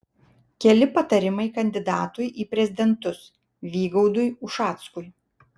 keli patarimai kandidatui į prezidentus vygaudui ušackui